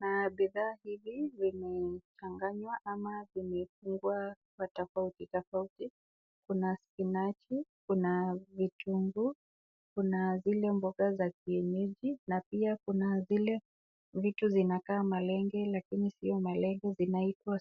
na bidhaa hizi zimechanganywa ama zimefungwa kwa tofauti tofauti. Kuna spinachi , kuna vitunguu na kuna zile mboga za kienyeji, na pia kuna zile vitu zinakaa malenge lakini si malenge zinaitwa.